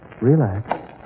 Relax